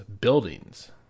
buildings